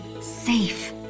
safe